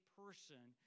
person